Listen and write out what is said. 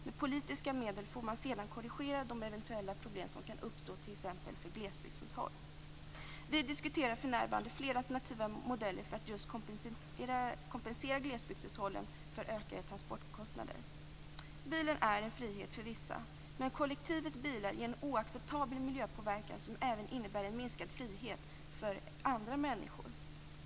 Med politiska medel får man sedan korrigera de eventuella problem som kan uppstå t.ex. för glesbygdshushåll. Vi diskuterar för närvarande flera alternativa modeller för att kompensera just glesbygdshushållen för ökade transportkostnader. Bilen är en frihet för vissa. Men kollektivet bilar ger en oacceptabel miljöpåverkan som även innebär en minskad frihet för andra människor.